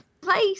place